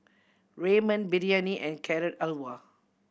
Ramen Biryani and Carrot Halwa